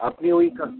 আপনি ওইটা